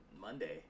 Monday